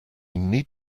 need